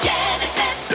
Genesis